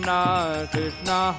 Krishna